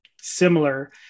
similar